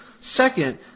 Second